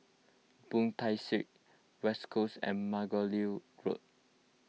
Boon Tat Street West Coast and Margoliouth Road